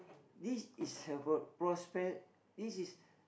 this is about prospe~ this is